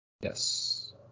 Yes